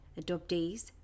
adoptees